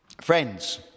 Friends